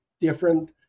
different